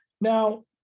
Now